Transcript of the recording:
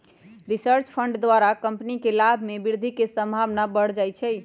research fund द्वारा company के लाभ में वृद्धि के संभावना बढ़ जाइ छइ